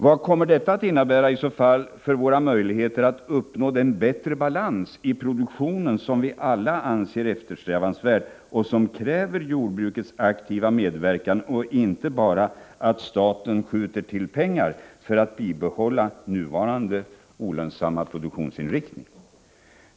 Vad kommer detta i så fall att innebära för våra möjligheter att uppnå den balans i produktionen som vi alla anser vara eftersträvansvärd och som kräver jordbrukets aktiva medverkan — inte bara att staten skjuter till pengar för att bibehålla nuvarande olönsamma produktionsinrikting?